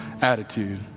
attitude